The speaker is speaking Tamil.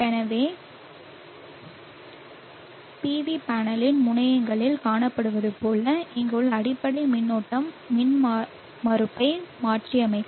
எனவே PV பேனலின் முனையங்களில் காணப்படுவது போல் இங்குள்ள அடிப்படை மின்னோட்டம் மின்மறுப்பை மாற்றியமைக்கும்